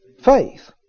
faith